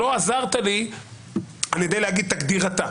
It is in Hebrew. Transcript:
לא עזרת לי להגיד: תגדיר אתה.